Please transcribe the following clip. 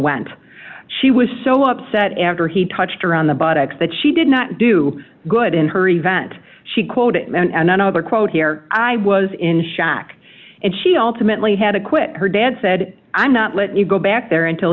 went she was so upset after he touched her on the buttocks that she did not do good in her event she quoted and another quote here i was in shock and she alternately had acquit her dad said i'm not let you go back there until